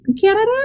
Canada